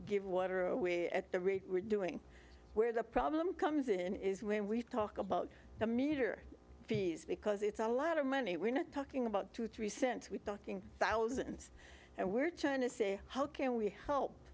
give water away at the rate we're doing where the problem comes in is when we talk about the meter fees because it's a lot of money we're not talking about two three cents we're talking thousands and we're trying to say how can we h